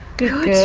good